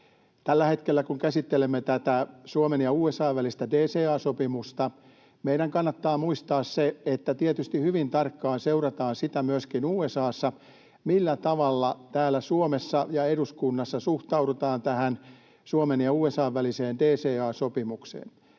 Tällä hetkellä, kun käsittelemme tätä Suomen ja USA:n välistä DCA-sopimusta, meidän kannattaa muistaa se, että tietysti hyvin tarkkaan seurataan myöskin USA:ssa sitä, millä tavalla täällä Suomessa ja eduskunnassa suhtaudutaan tähän Suomen ja USA:n väliseen DCA-sopimukseen.